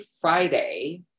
Friday